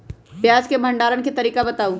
प्याज के भंडारण के तरीका बताऊ?